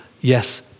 yes